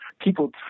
people